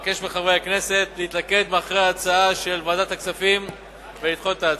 אבקש מחברי הכנסת להתלכד מאחורי ההצעה של ועדת הכספים ולדחות את ההצעה.